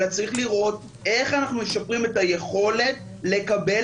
אלא צריך לראות איך אנחנו משפרים את היכולת לקבל